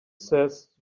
says